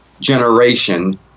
generation